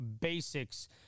basics